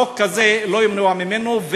החוק הזה לא ימנע ממנו.